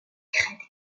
crêtes